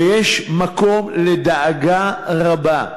ויש מקום לדאגה רבה.